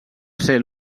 ser